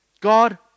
God